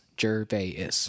Gervais